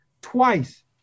twice